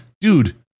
Dude